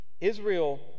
Israel